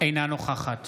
אינה נוכחת